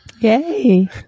yay